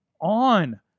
on